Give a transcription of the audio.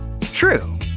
True